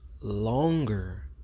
longer